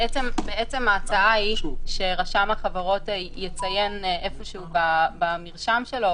ההצעה היא שרשם החברות יציין איפשהו במרשם שלו,